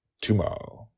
tomorrow